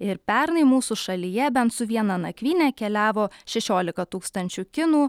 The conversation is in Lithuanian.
ir pernai mūsų šalyje bent su viena nakvyne keliavo šešiolika tūkstančių kinų